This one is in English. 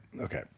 okay